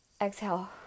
Exhale